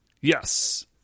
Yes